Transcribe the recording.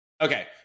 okay